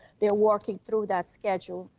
they're working through that schedule.